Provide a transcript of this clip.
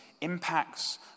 impacts